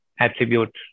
attribute